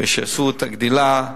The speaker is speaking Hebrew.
ויעשו את בדיקות הגדילה,